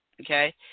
okay